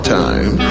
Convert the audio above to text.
time